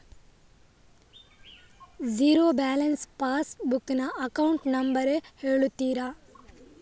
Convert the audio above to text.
Zero balance passbook ನ account number ಹೇಳುತ್ತೀರಾ?